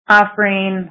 offering